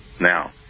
Now